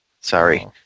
Sorry